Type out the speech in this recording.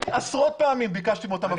עשרות פעמים ביקשתי מאותם מפגינים.